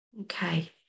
Okay